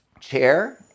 chair